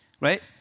right